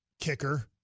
kicker